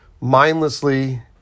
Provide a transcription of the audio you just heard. mindlessly